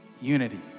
unity